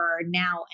now